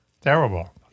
Terrible